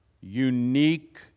unique